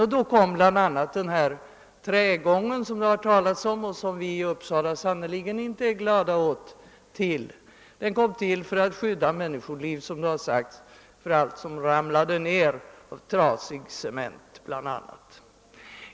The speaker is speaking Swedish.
Då tillkom bl.a. den trägång som det har talats om här och som vi i Uppsala sannerligen inte är glada över men som torde skydda människor mot cementstycken som ramlar ner.